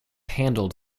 handled